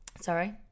sorry